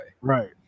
right